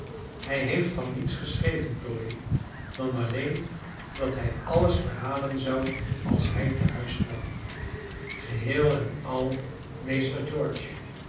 hij heeft van niets geschreven chloe dan alleen dat hij alles verhalen zou als hij tehuis kwam geheel en al meester george